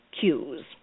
cues